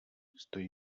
stojí